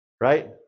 right